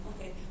Okay